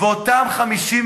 ואותם 55